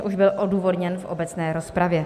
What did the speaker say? Už byl odůvodněn v obecné rozpravě.